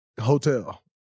hotel